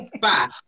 Five